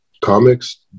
comics